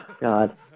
God